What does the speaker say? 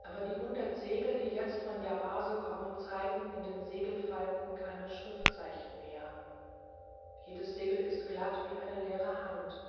aber die hundert segel die jetzt von yabase kommen zeigen in den segelfalten keine schriftzeichen mehr jedes segel ist glatt wie eine leere hand